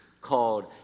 called